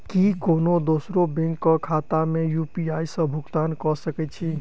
की कोनो दोसरो बैंक कऽ खाता मे यु.पी.आई सऽ भुगतान कऽ सकय छी?